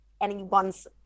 anyone's